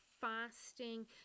fasting